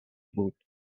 بود